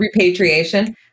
repatriation